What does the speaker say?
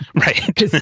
Right